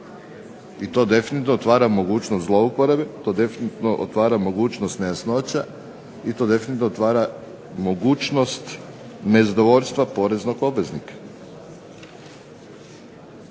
I to definitivno otvara mogućnost zlouporabe, to definitivno otvara mogućnost nejasnoća i to definitivno otvara mogućnost nezadovoljstva poreznog obveznika.